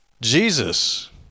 Jesus